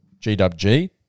GWG